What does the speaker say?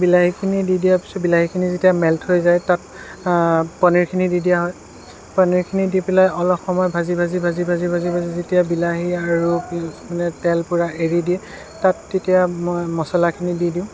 বিলাহীখিনি দি দিয়াৰ পিছত বিলাহীখিনি যেতিয়া মেল্ট হৈ যায় তাত পনীৰখিনি দি দিয়া হয় পনীৰখিনি দি পেলাই অলপ সময় ভাজি ভাজি ভাজি ভাজি যেতিয়া বিলাহী আৰু তেল পূৰা এৰি দিয়ে তাত তেতিয়া মই মছলাখিনি দি দিওঁ